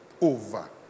over